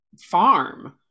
farm